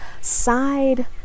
side